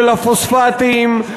של הפוספטים,